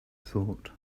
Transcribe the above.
thought